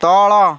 ତଳ